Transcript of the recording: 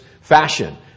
fashion